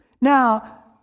now